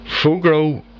Fugro